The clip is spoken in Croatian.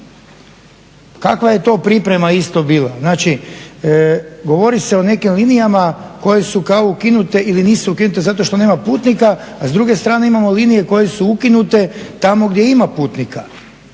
Kakva je to priprema isto bila. Znači, govori se o nekim linijama koje su kao ukinute ili nisu ukinute zato što nema putnika, a s druge strane imamo linije koje su ukinute tamo gdje ima putnika.